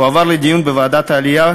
הועבר לדיון בוועדת העלייה,